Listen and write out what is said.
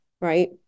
right